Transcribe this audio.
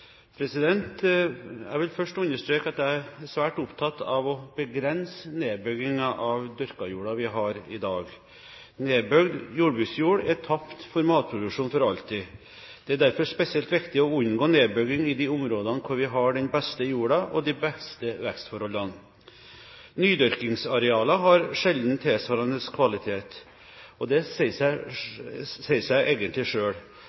Jeg vil først understreke at jeg er svært opptatt av å begrense nedbygging av den dyrka jorda vi har i dag. Nedbygd jordbruksjord er tapt for matproduksjon for alltid. Det er derfor spesielt viktig å unngå nedbygging i de områdene hvor vi har den beste jorda og de beste vekstforholdene. Nydyrkingsarealer har sjelden tilsvarende kvalitet. Dette sier seg egentlig